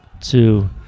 two